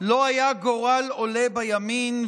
לא היה גורל עולה בימין,